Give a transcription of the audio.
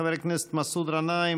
חבר הכנסת מסעוד גנאים,